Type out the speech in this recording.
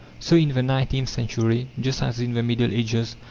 so in the nineteenth century, just as in the middle ages,